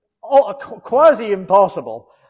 quasi-impossible